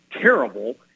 terrible